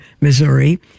Missouri